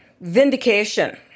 vindication